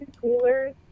Coolers